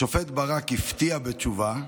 השופט ברק הפתיע בתשובה,